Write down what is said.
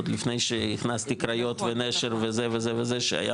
עוד לפני שהכנסתי קריות ונשר וזה וזה וזה שהיה